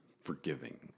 forgiving